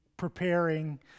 preparing